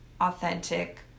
authentic